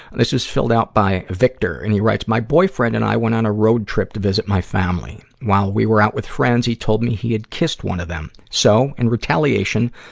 this is filled out by victor, and he writes, my boyfriend and i went on a road trip to visit my family. while we were out with friends, he told me he had kissed one of them. so, in retaliation,